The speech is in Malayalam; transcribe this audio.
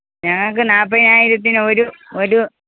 ഞങ്ങൾക്ക് നാൽപ്പതിനായിരത്തിനൊരു ഒരു